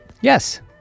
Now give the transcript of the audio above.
Yes